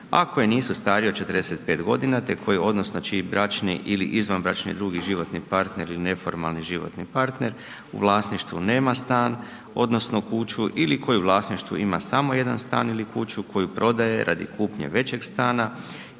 koji nisu starije od 45 godina te koji odnosno čiji bračni ili izvanbračni drug ili životni partner ili neformalni životni partner u vlasništvu nema stan odnosno kuću ili koji u vlasništvu ima samo jedan stan ili kuću koju prodaje radi kupnje većeg stana